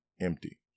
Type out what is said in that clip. empty